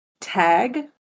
tag